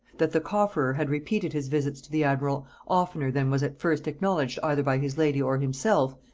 that the cofferer had repeated his visits to the admiral oftener than was at first acknowledged either by his lady or himself,